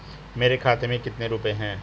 मेरे खाते में कितने रुपये हैं?